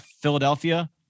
Philadelphia